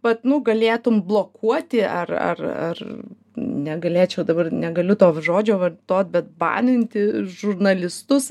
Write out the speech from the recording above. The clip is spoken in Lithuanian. vat nu galėtum blokuoti ar ar ar negalėčiau dabar negaliu to žodžio vartot bet baninti žurnalistus